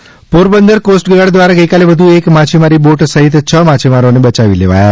માછીમાર boat Porbandar coast guard દ્વારા ગઇકાલે વધુ એક માછીમારી બોટ સહિત છ માછીમારોને બયાવી લેવાયા